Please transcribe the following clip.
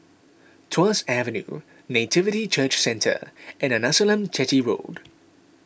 Tuas Avenue Nativity Church Centre and Arnasalam Chetty Road